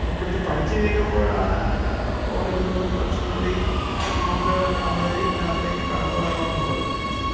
കുറിച്ച് പഠിച്ച് കഴിഞ്ഞപ്പോഴാണ് ഓർക്കുന്നത് കുറച്ചും കൂടി മുമ്പേ തന്നെ നമ്മളി ഇതിനകത്തിലേക്ക് കടന്നു വരണമെന്നുള്ളത്